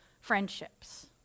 friendships